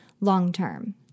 long-term